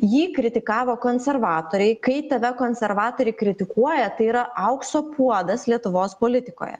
jį kritikavo konservatoriai kai tave konservatoriai kritikuoja tai yra aukso puodas lietuvos politikoje